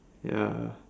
ya